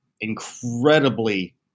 incredibly